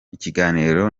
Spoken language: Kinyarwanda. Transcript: ikiganiro